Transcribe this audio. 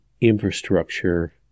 infrastructure